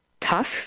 tough